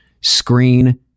screen